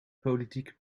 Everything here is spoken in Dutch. politieke